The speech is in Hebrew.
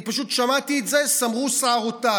אני פשוט שמעתי את זה, סמרו שערותיי: